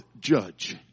judge